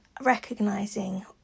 recognizing